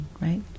right